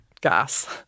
gas